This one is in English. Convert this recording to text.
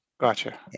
Gotcha